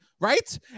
right